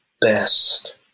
best